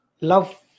love